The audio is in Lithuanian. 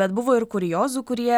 bet buvo ir kuriozų kurie